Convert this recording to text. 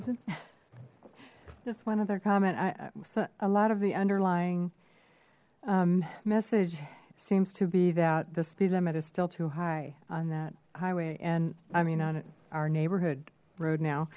susan just one of their comment a lot of the underlying message seems to be that the speed limit is still too high on that highway and i mean on our neighborhood road now